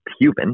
human